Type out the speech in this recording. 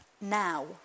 now